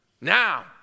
Now